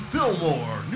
Fillmore